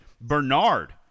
Bernard